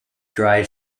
dry